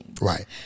Right